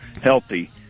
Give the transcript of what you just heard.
healthy